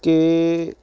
ਕਿ